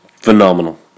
Phenomenal